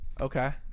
okay